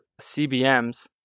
CBMs